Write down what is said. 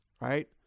right